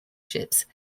ships